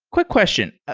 quick question.